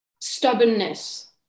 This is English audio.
stubbornness